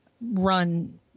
run